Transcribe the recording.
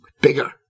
bigger